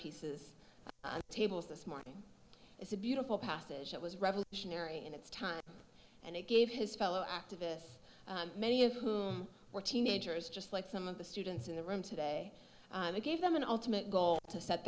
pieces tables this morning is a beautiful passage it was revolutionary in its time and it gave his fellow activists many of whom were teenagers just like some of the students in the room today that gave them an ultimate goal to set